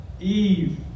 Eve